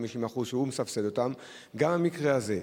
הוא מסבסד אותם ב-50% גם במקרה הזה.